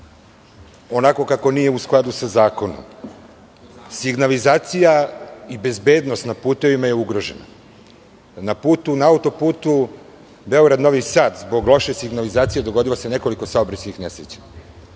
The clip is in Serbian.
onako kako nije u skladu sa zakonom. Signalizacija i bezbednost na putevima je ugrožena. Na autoputu Beograd-Novi Sad zbog loše signalizacije dogodilo se nekoliko saobraćajnih nesreća.